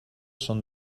són